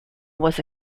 was